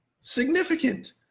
Significant